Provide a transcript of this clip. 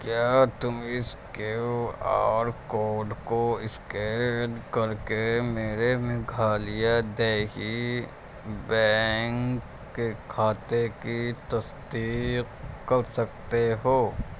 کیا تم اس Q R code کو اسکین کر کے میرے میگھالیہ دیہی بینک کے کھاتے کی تصدیق کر سکتے ہو